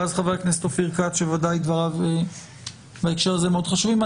ואז חה"כ אופיר כץ שבוודאי דבריו בהקשר הזה מאוד חשובים.